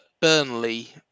Burnley